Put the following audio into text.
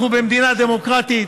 אנחנו במדינה דמוקרטית.